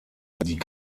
die